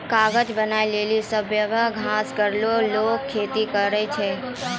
कागज बनावै लेलि सवैया घास केरो लोगें खेती करै छै